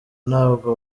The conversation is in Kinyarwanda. ntabwo